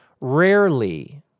rarely